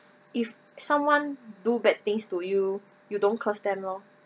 if someone do bad things to you you don't curse them lor